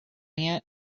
yet